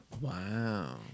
Wow